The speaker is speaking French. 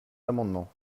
amendement